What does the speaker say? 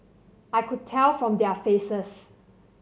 I could tell from their faces